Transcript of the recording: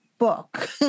Book